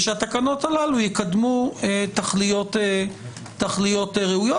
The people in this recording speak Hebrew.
ושהתקנות הללו יקדמו תכליות ראויות.